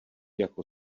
jako